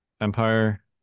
empire